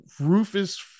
rufus